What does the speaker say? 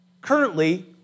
currently